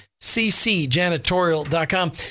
ccjanitorial.com